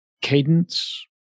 cadence